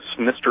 Mr